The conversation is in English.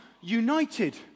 united